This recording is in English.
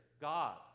God